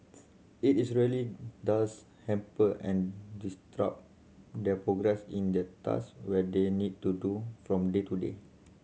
it is really does hamper and disrupt their progress in the task when they need to do from day to day